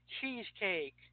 Cheesecake